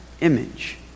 image